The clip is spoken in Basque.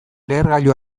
lehergailu